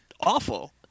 awful